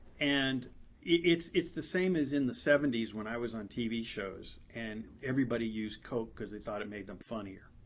and it's it's the same as in the seventy s when i was on tv shows and everybody used coke because they thought it made them funnier.